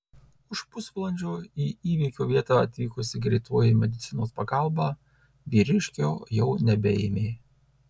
už pusvalandžio į įvykio vietą atvykusi greitoji medicinos pagalba vyriškio jau nebeėmė